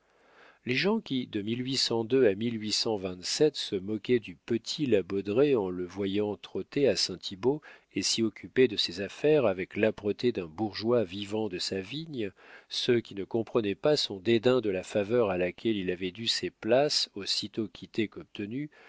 les gens qui de à se moquaient du petit la baudraye en le voyant trotter à saint thibault et s'y occuper de ses affaires avec l'âpreté d'un bourgeois vivant de sa vigne ceux qui ne comprenaient pas son dédain de la faveur à laquelle il avait dû ses places aussitôt quittées